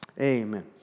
Amen